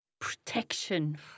protection